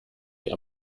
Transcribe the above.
die